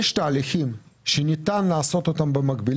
יש תהליכים שניתן לעשות אותם במקביל,